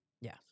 Yes